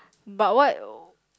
but what